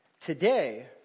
today